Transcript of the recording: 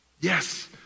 Yes